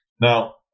Now